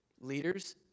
Leaders